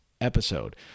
episode